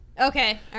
Okay